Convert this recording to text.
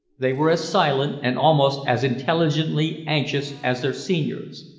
they were as silent and almost as intelligently anxious as their seniors.